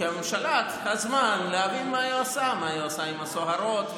כי הממשלה צריכה זמן להבין מה היא עושה עם הסוהרות וכו'.